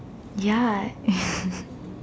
ya